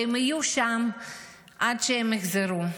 והם יהיו שם עד שהם יחזרו.